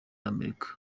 amerika